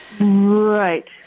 Right